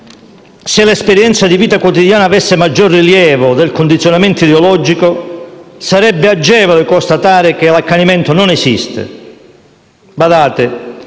se l'esperienza di vita quotidiana avesse maggior rilievo del condizionamento ideologico, sarebbe agevole constatare che l'accanimento non esiste.